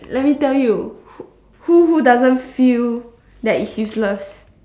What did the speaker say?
let me tell you who who doesn't feel that it's useless